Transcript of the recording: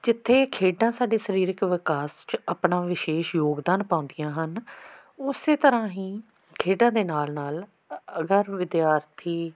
ਜਿੱਥੇ ਖੇਡਾਂ ਸਾਡੇ ਸਰੀਰਕ ਵਿਕਾਸ 'ਚ ਆਪਣਾ ਵਿਸ਼ੇਸ਼ ਯੋਗਦਾਨ ਪਾਉਂਦੀਆਂ ਹਨ ਉਸੇ ਤਰ੍ਹਾਂ ਹੀ ਖੇਡਾਂ ਦੇ ਨਾਲ ਨਾਲ ਅ ਅਗਰ ਵਿਦਿਆਰਥੀ